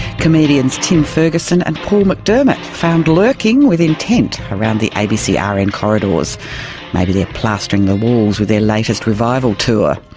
comedians tim ferguson and paul mcdermott found lurking with intent around the abc rn and corridors. maybe they're plastering the walls with their latest revival tour.